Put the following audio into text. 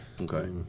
Okay